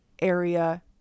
area